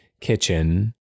kitchen